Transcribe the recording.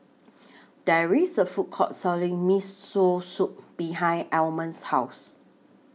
There IS A Food Court Selling Miso Soup behind Almond's House